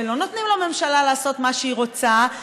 ולא נותנים לממשלה לעשות מה שהיא רוצה,